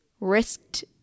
risked